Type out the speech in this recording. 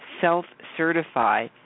self-certify